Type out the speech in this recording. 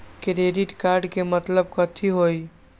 Credit card के मतलब कथी होई?